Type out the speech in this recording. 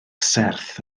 serth